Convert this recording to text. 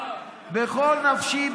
בכל נפשי,